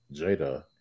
Jada